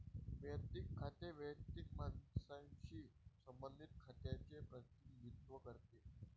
वैयक्तिक खाते वैयक्तिक मानवांशी संबंधित खात्यांचे प्रतिनिधित्व करते